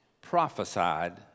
prophesied